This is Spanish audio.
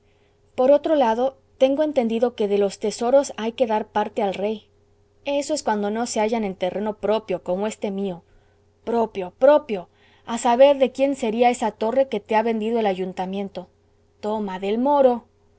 por otro lado tengo entendido que de los tesoros hay que dar parte al rey eso es cuando no se hallan en terreno propio como éste mío propio propio a saber de quién sería esa torre que te ha vendido el ayuntamiento toma del moro